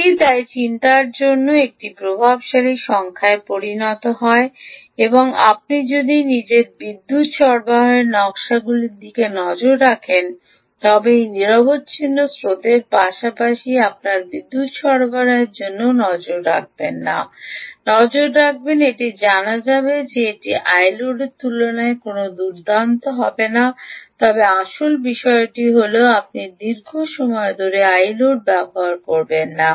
এটি তাই চিন্তার জন্য একটি প্রভাবশালী সংখ্যায় পরিণত হয় আপনি যদি নিজের বিদ্যুৎ সরবরাহের নকশাগুলির দিকে নজর রাখেন তবে এই নিরবচ্ছিন্ন স্রোতের পাশাপাশি আপনার বিদ্যুৎ সরবরাহের জন্য নজর রাখবেন না নজর রাখবেন এটি জানা যাবে যে এটি iload তুলনায় কোনও দুর্দান্ত তুলনা হবে না তবে আসল বিষয়টি হল আপনি দীর্ঘ সময় ধরে iload ব্যবহার করবেন না